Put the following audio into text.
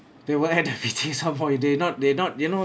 they will add the beating some more they not they not you know